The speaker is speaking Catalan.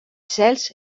cels